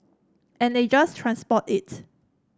and they just transport it